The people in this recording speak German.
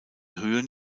höhen